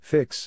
Fix